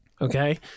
okay